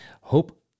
Hope